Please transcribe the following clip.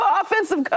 offensive